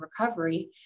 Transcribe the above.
recovery